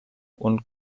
und